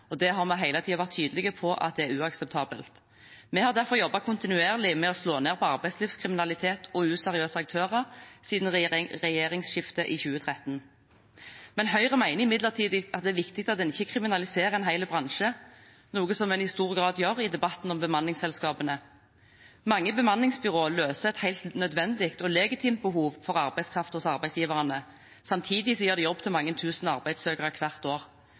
Det har vi hele tiden vært tydelige på er uakseptabelt. Vi har derfor jobbet kontinuerlig med å slå ned på arbeidslivskriminalitet og useriøse aktører siden regjeringsskiftet i 2013. Høyre mener imidlertid at det er viktig at man ikke kriminaliserer en hel bransje, noe som man i stor grad gjør i debatten om bemanningsselskapene. Mange bemanningsbyråer løser et helt nødvendig og legitimt behov for arbeidskraft hos arbeidsgiverne. Samtidig gir de jobb til mange tusen arbeidssøkere hvert år.